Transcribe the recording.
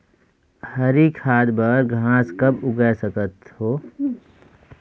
हरी खाद बर घास कब उगाय सकत हो?